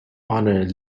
honor